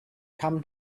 come